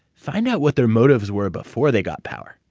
find out what their motives were before they got power.